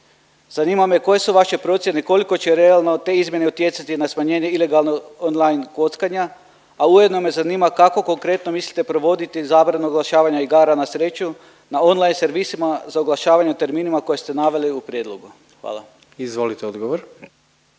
Zanima me koje su vaše procjene, koliko će realno te izmjene utjecati na smanjenje ilegalno online kockanja, a ujedno me zanima kako konkretno mislite provoditi zabranu oglašavanja igara na sreću na online servisima za oglašavanje u terminima koji ste naveli u prijedlogu? Hvala. **Jandroković,